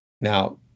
Now